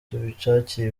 tubishakire